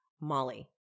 Molly